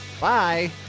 Bye